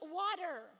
water